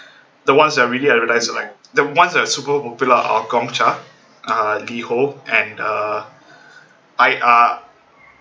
the ones that are really advertise the ones that are super popular are like Gong Cha uh LiHo and uh I uh